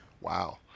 Wow